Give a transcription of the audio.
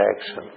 action